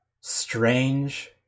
strange